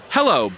Hello